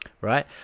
right